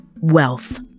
wealth